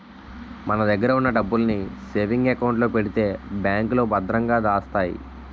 మన దగ్గర ఉన్న డబ్బుల్ని సేవింగ్ అకౌంట్ లో పెడితే బ్యాంకులో భద్రంగా దాస్తాయి